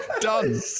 Done